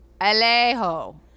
Alejo